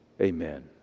Amen